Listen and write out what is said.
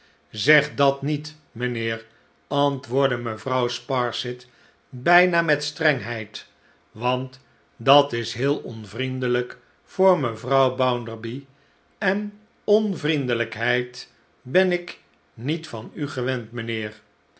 zeg dat niet mijnheer antwoordde mevrouw sparsit bijna met strengheid want dat is heel onvriendelijk voor mevrouw bounderby en onvriendelijkheid ben ik niet van u gewend mijnheer